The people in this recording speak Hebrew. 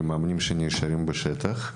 עבור מאמנים שנשארים בשטח,